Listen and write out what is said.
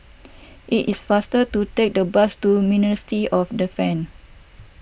it is faster to take the bus to Ministry of Defence